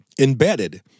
embedded